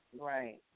Right